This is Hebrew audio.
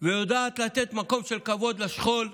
ויודעת לתת מקום של כבוד לשכול,